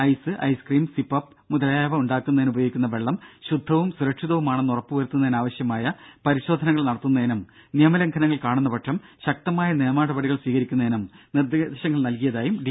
ice ice cream sip up മുതലായവ ഉണ്ടാക്കുന്നതിന്ന് ഉപയോഗിക്കുന്ന വെള്ളം ശുദ്ധവും സുരക്ഷിതവുമാണെന്ന് ഉറപ്പ് വരുത്തുന്നതിനാവശ്യമായ പരിശോധനകൾ നടത്തുന്നതിനും നിയമ ലംഘനങ്ങൾ കാണുന്ന പക്ഷം ശക്തമായ നിയമ നടപടികൾ സ്വീകരിക്കുന്നതിനും നിർദേശങ്ങൾ നൽകിയതായും ഡി